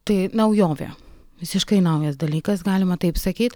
taip naujovė visiškai naujas dalykas galima taip sakyt